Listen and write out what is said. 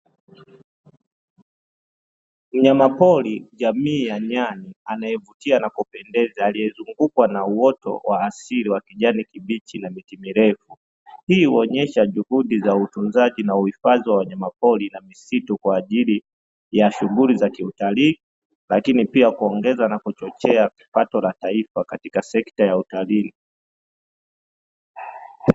Mnyama pori jamii ya nyani anaevutia na kupendeza aliezungukwa na uoto wa asili wa kijani kibichi na miti mirefu hii huonesha juhudi za utunzaji na uhifadhi wa wanyama pori na misitu kwa ajili ya shughuli za kiutalii lakini pia kuongeza na kuchochea pato la taifa katika sekta ya utalii.